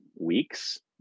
weeks